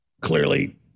clearly